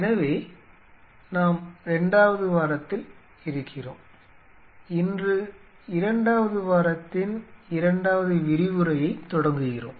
எனவே நாம் இரண்டாவது வாரத்தில் இருக்கிறோம் இன்று இரண்டாவது வாரத்தின் இரண்டாவது விரிவுரையைத் தொடங்குகிறோம்